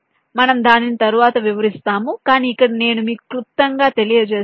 మనము దానిని తరువాత వివరిస్తాము కాని ఇక్కడ నేను మీకు క్లుప్తంగా తెలియజేస్తాను